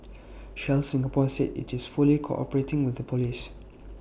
Shell Singapore said IT is fully cooperating with the Police